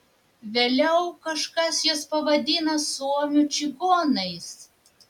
vėliau kažkas juos pavadina suomių čigonais